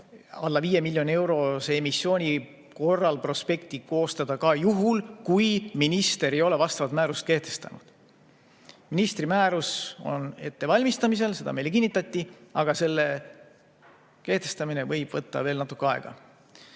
alla 5 miljoni eurose emissiooni korral prospekti koostada ka juhul, kui minister ei ole vastavat määrust kehtestanud. Ministri määrus on ettevalmistamisel, seda meile kinnitati, aga selle kehtestamine võib võtta veel natuke aega. Ma